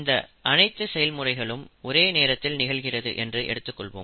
இந்த அனைத்து செயல்முறைகளும் ஒரே நேரத்தில் நிகழ்கிறது என்று எடுத்துக்கொள்வோம்